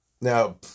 Now